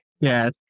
Yes